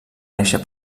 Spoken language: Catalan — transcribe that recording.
néixer